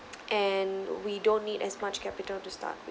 and we don't need as much capital to start with